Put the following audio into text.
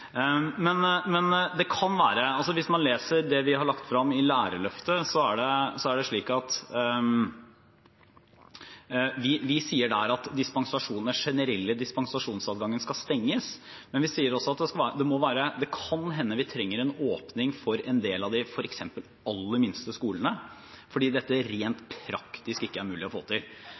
Hvis man leser det vi har lagt frem i Lærerløftet, sier vi der at den generelle dispensasjonsadgangen skal stenges. Men vi sier også at det kan hende at vi trenger en åpning for f.eks. en del av de aller minste skolene, fordi dette rent praktisk ikke er mulig å få til.